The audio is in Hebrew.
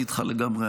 אני איתך לגמרי,